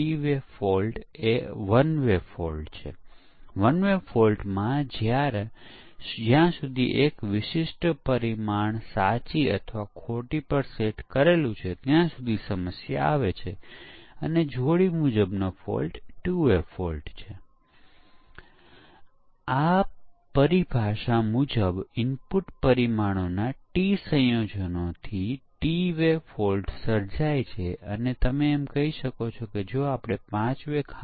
પરીક્ષણના કેસોની રચના કરવામાં એક બાબત સ્પષ્ટ છે કે જ્યાં સુધી શક્ય હોય ત્યાં વિવિધ પરીક્ષણના કેસો વિવિધ પ્રકારના ભૂલોને શોધવાનું લક્ષ્યાંક રાખે છે કારણ કે સેંકડો પરીક્ષણ કેસો તે જ ભૂલને શોધવાનો પ્રયાસ કરવો એ પ્રયત્નોનો વ્યય હશે